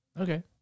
okay